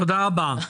תודה רבה.